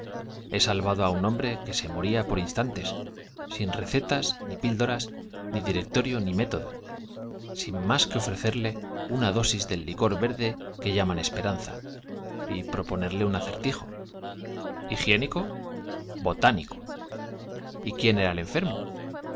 de salvado á un hombre que se moría por instantes sin sin ni directorio ni método recetas ni píldoras llaman más que ofrecerle una dosis del licor verde que esperanza y proponerle un acertijo higiénico botánico era el enfermo